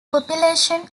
population